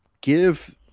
give